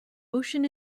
ocean